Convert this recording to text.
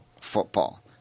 football